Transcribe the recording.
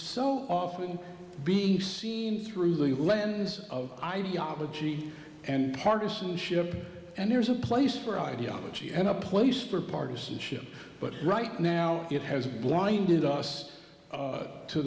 so often being seen through the lens of ideology and partisanship and there's a place for ideology and a place for partisanship but right now it has blinded us